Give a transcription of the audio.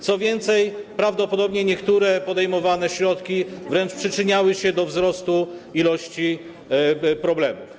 Co więcej, prawdopodobnie niektóre podejmowane środki wręcz przyczyniały się do wzrostu ilości problemów.